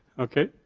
okay,